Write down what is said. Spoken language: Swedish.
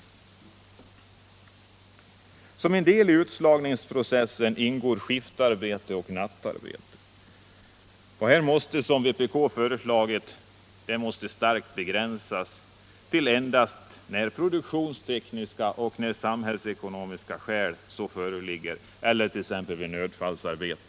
16 november 1977 En del i utslagningsprocessen är skiftarbetet och nattarbetet. Detta måste, som vpk föreslagit, starkt begränsas och tillåtas endast när pro — Arbetsmiljölag, duktionstekniska skäl och samhällsskäl föreligger och vid nödfallsarbe = m.m. ten.